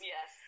Yes